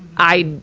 i,